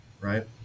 Right